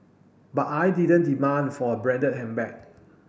but I didn't demand for a branded handbag